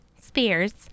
Spears